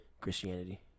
Christianity